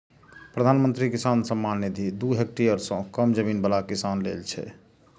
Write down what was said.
प्रधानमंत्री किसान सम्मान निधि दू हेक्टेयर सं कम जमीन बला किसान लेल छै